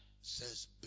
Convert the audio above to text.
says